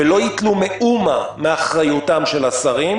ולא ייטלו מאומה מאחריותם של השרים,